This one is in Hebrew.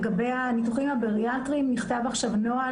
לגבי הניתוחים הבריאטריים: נכתב עכשיו נוהל,